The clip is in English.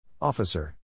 Officer